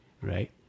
right